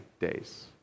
days